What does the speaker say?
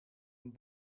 een